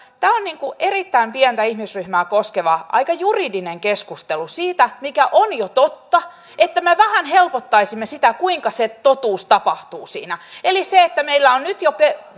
tämä aloite on erittäin pientä ihmisryhmää koskeva aika juridinen keskustelu siitä mikä on jo totta että me vähän helpottaisimme sitä kuinka se totuus tapahtuu siinä eli meillä on nyt jo